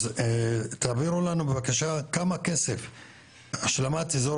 אז תעבירו לנו בבקשה כמה כסף השלמת אזור